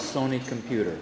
sony computer